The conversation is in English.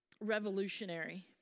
revolutionary